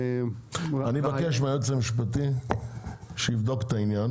אני אבקש מהיועץ המשפטי שיבדוק את העניין